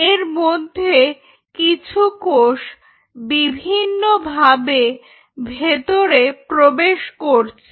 এর মধ্যে কিছু কোষ বিভিন্নভাবে ভিতরে প্রবেশ করছে